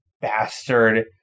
bastard